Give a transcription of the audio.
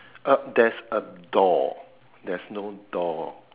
uh there's a door there's no door